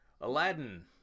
Aladdin